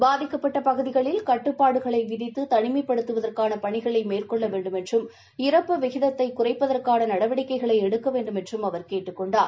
பாதிக்கப்பட்ட பகுதிகளில் கட்டுப்பாடுகளை விதித்து தனிமைப்படுத்துவதற்கான பணிகளை மேற்கொள்ள வேண்டுமென்றும் இறப்பு விகிதத்தை குறைப்பதற்கான நடவடிக்கைகளை எடுக்க வேண்டுமென்றும் அவர் கேட்டுக் கொண்டார்